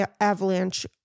avalanche